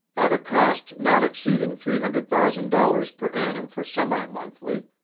at a cost not exceeding three hundred thousand dollars per annum for semi-monthly,